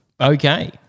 Okay